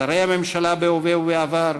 שרי הממשלה בהווה ובעבר,